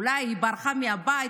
אולי היא ברחה מהבית,